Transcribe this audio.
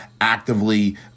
actively